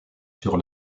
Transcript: sur